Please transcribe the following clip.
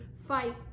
fight